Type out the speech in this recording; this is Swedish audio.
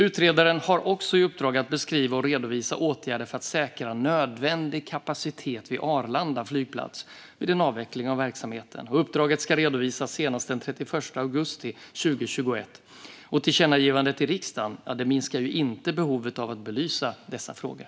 Utredaren har också i uppdrag att beskriva och redovisa åtgärder för att säkra nödvändig kapacitet vid Arlanda flygplats vid en avveckling av verksamheten. Uppdraget ska redovisas senast den 31 augusti 2021. Tillkännagivandet i riksdagen minskar inte behovet av att belysa dessa frågor.